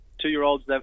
two-year-olds